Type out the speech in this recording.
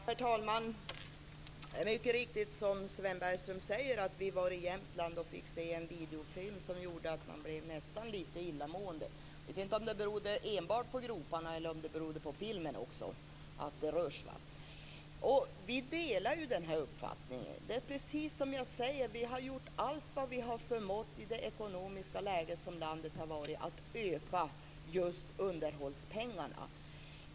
Herr talman! Det är mycket riktigt som Sven Bergström säger, att vi var i Jämtland och fick se en videofilm som gjorde att man nästan blev lite illamående. Jag vet inte om det berodde enbart på groparna eller om det berodde på filmen. Vi delar denna uppfattning. Precis som jag säger har vi gjort allt som vi har förmått i det ekonomiska läge som landet har befunnit sig i för att öka underhållspengarna.